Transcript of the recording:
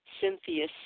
Cynthia